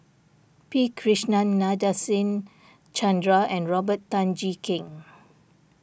P Krishnan Nadasen Chandra and Robert Tan Jee Keng